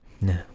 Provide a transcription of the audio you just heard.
No